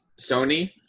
sony